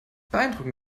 beeindrucken